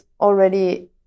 already